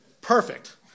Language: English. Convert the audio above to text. Perfect